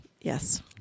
yes